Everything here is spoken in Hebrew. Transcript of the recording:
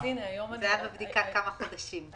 זה היה בבדיקה כמה חודשים.